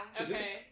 Okay